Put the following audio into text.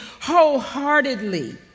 wholeheartedly